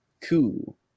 Cool